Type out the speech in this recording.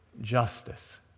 justice